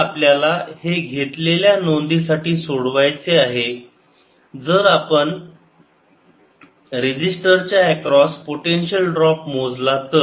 तर आपल्याला हे घेतलेल्या नोंदीसाठी सोडवायचे आहे जर आपण रेसिस्टरच्या एक्रॉस पोटेन्शियल ड्रॉप मोजला तर